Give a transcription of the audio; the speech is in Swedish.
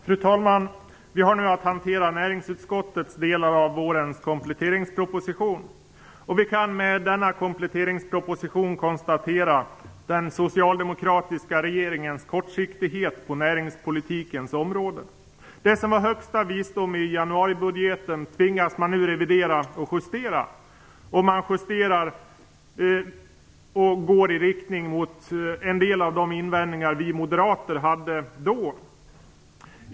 Fru talman! Vi har nu att hantera näringsutskottets delar av vårens kompletteringsproposition. Vi kan med denna kompletteringsproposition konstatera den socialdemokratiska regeringens kortsiktighet på näringspolitikens område. Det som var högsta visdom i januaribudgeten tvingas man nu revidera och justera. Man justerar och går i riktning mot en del av de invändningar vi moderater hade då.